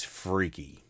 freaky